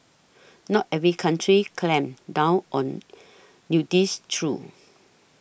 not every country clamps down on nudists true